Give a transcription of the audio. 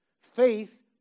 Faith